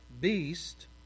beast